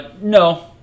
No